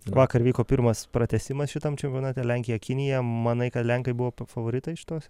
vakar vyko pirmas pratęsimas šitam čempionate lenkija kinija manai kad lenkai buvo favoritai šitos